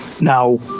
Now